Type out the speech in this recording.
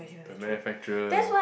the manufacturer